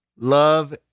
love